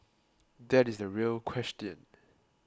that is the real question